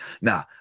nah